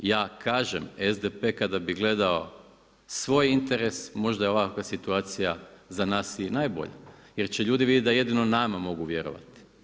Ja kažem SDP kada bi gledao svoj interes možda je ovakva situacija za nas i najbolja, jer će ljudi vidjeti da jedino nama mogu vjerovati.